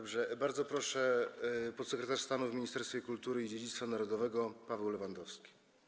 Bardzo proszę, podsekretarz stanu w Ministerstwie Kultury i Dziedzictwa Narodowego Paweł Lewandowski.